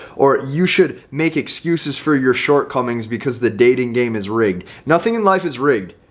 or you should make excuses for your shortcomings because the dating game is rigged. nothing in life is rigged.